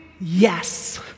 Yes